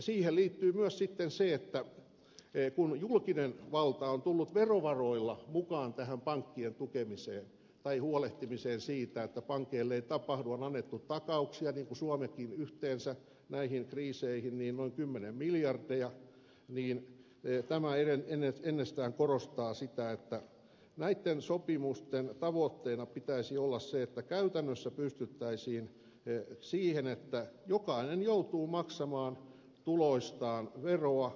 siihen liittyy myös sitten se että kun julkinen valta on tullut verovaroilla mukaan tähän pankkien tukemiseen tai huolehtimiseen siitä että pankeille ei tapahdu mitään on annettu takauksia niin kuin suomikin yhteensä näihin kriiseihin kymmeniä miljardeja niin tämä ennestään korostaa sitä että näitten sopimusten tavoitteena pitäisi olla se että käytännössä pystyttäisiin siihen että jokainen joutuu maksamaan tuloistaan veroa